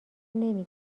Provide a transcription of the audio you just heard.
نمی